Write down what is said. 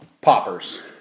poppers